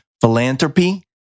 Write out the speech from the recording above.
philanthropy